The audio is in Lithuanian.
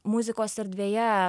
muzikos erdvėje